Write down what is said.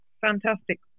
fantastic